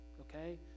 okay